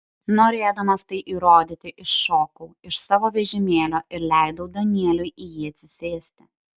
norėdamas tai įrodyti iššokau iš savo vežimėlio ir leidau danieliui į jį atsisėsti